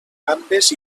gambes